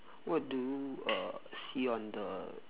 what do you uh see on the